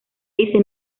dice